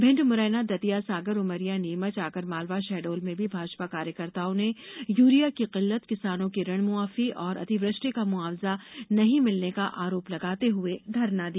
भिंड मुरैना उमरिया नीमच आगरमालवा शहडोल दतिया में भी भाजपा कार्यकर्ताओं ने यूरिया की किल्लत किसानों की ऋण माफी और अतिवृष्टि का मुआवजा नहीं मिलने का आरोप लगाते हुए धरना दिया